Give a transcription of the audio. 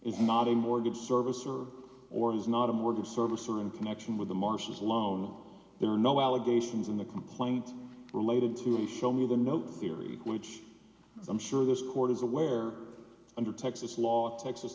is not a mortgage servicer or is not a mortgage servicer in connection with the martians loan there are no allegations in the complaint related to a show me the note theory which as i'm sure this court is aware under texas law texas